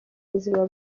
buzima